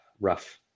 Rough